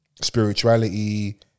spirituality